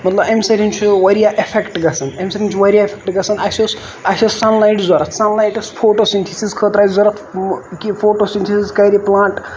مطلب اَمہِ سۭتۍ چھُ واریاہ اِفیکٹ گژھان اَمہِ سۭتۍ چھُ واریاہ اِفیکٹ گژھان اَسہِ اوس سَن لایِٹ ضوٚرتھ سَن لایٹ اَسہِ فوٹوسِنتھسٔز خٲطرٕ اَسہِ ضوٚرتھ کہِ فوٹوسِنتھِسٔز کرِ پٔلانٹ